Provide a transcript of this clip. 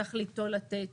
תכליתו לתת